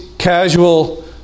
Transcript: Casual